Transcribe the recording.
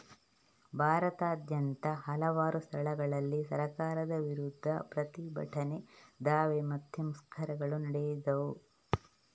ಭಾರತದಾದ್ಯಂತ ಹಲವಾರು ಸ್ಥಳಗಳಲ್ಲಿ ಸರ್ಕಾರದ ವಿರುದ್ಧ ಪ್ರತಿಭಟನೆ, ದಾವೆ ಮತ್ತೆ ಮುಷ್ಕರಗಳು ನಡೆದವು